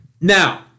now